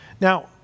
Now